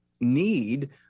need